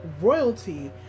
Royalty